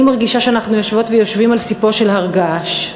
אני מרגישה שאנחנו יושבות ויושבים על ספו של הר געש.